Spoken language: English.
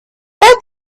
that